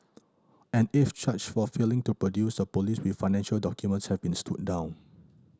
an eighth charge for failing to produce a police with financial documents has been stood down